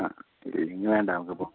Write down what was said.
ആ ഇല്ലെങ്കിൽ വേണ്ട നമുക്കിപ്പോൾ